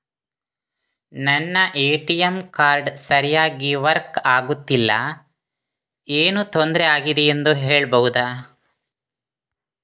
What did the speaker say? ನನ್ನ ATM card ಸರಿಯಾಗಿ work ಆಗುತ್ತಿಲ್ಲ, ಏನು ತೊಂದ್ರೆ ಆಗಿದೆಯೆಂದು ಹೇಳ್ಬಹುದಾ?